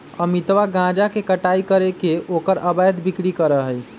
अमितवा गांजा के कटाई करके ओकर अवैध बिक्री करा हई